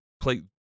play